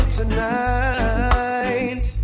tonight